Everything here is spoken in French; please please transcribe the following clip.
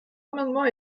amendement